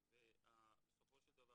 בבקשה.